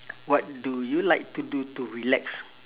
what do you like to do to relax